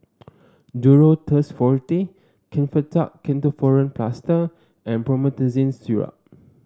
Duro Tuss Forte Kefentech Ketoprofen Plaster and Promethazine Syrup